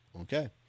okay